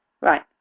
right